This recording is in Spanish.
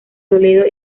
toledo